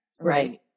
Right